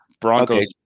Broncos